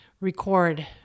record